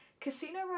Casino